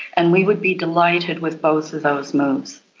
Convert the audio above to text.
and we would be delighted with both of those moves.